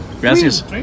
Gracias